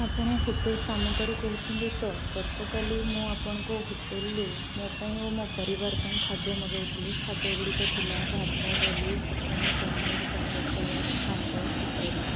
ଆପଣ ହୋଟେଲ ଶାମୁକାରୁ କହୁଛନ୍ତି ତ ଗତକାଲି ମୁଁ ଆପଣଙ୍କ ହୋଟେଲରୁ ମୋ ପାଇଁ ଓ ମୋ ପରିବାର ପାଇଁ ଖାଦ୍ୟ ମଗାଇଥିଲି ଖାଦ୍ୟଗୁଡ଼ିକ ଥିଲା ଭାତ ଡାଲି ଚିକେନ ପନିର୍ କାକୁଡ଼ି ସାଲାଡ଼୍ ପାମ୍ପଡ଼୍ ଇତ୍ୟାଦି